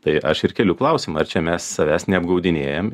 tai aš ir keliu klausimą ar čia mes savęs neapgaudinėjam